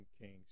Kings